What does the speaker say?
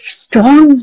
strong